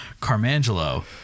Carmangelo